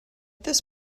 this